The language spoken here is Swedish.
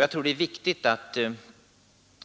Jag tror det är viktigt att